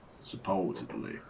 supposedly